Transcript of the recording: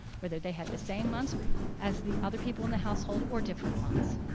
whether they had the same months as the other people in the household or different months.